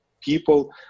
people